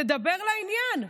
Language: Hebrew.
תדבר לעניין.